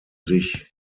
sich